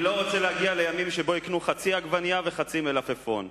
אני לא רוצה להגיע לימים שבהם יקנו חצי עגבנייה וחצי מלפפון.